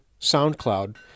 SoundCloud